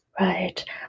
Right